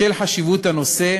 בשל חשיבות הנושא